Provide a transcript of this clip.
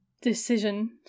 decision